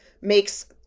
makes